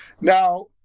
Now